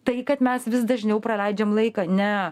tai kad mes vis dažniau praleidžiam laiką ne